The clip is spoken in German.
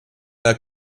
der